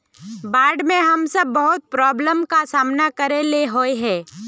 बाढ में हम सब बहुत प्रॉब्लम के सामना करे ले होय है?